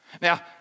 Now